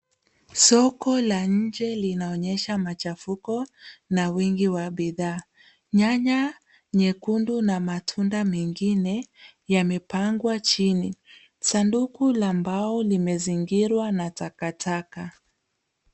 Soko la nje linaonyesha machafuko na wingi wa bidhaa. Nyanya nyekundu na matunda mengine, yamepangwa chini. Sanduku la mbao limezingirwa na takataka.